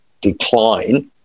decline